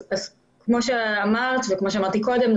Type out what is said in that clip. אז כמו שאמרת וכמו שאמרתי קודם,